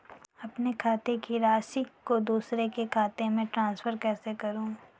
अपने खाते की राशि को दूसरे के खाते में ट्रांसफर कैसे करूँ?